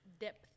depth